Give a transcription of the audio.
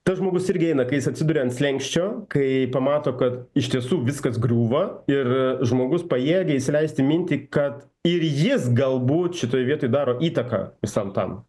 tas žmogus irgi eina kai jis atsiduria ant slenksčio kai pamato kad iš tiesų viskas griūva ir žmogus pajėgia įsileisti mintį kad ir jis galbūt šitoj vietoj daro įtaką visam tam